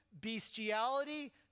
bestiality